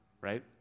right